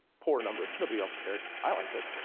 poor numbers, nobody else cared. i liked it.